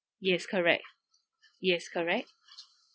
yes correct yes correct